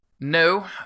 No